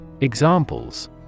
Examples